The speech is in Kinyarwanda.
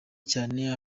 cyane